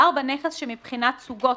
(4) נכס שמבחינת סוגו,